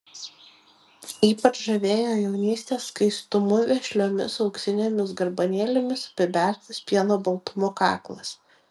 ypač žavėjo jaunystės skaistumu vešliomis auksinėmis garbanėlėmis apibertas pieno baltumo kaklas